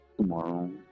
tomorrow